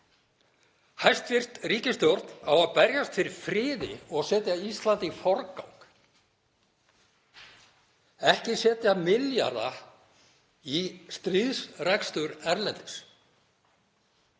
Hæstv. ríkisstjórn á að berjast fyrir friði og setja Ísland í forgang, ekki setja milljarða í stríðsrekstur erlendis.